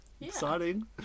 Exciting